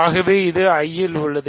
ஆகவே அது I இல் உள்ளது